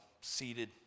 seated